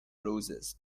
roses